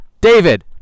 David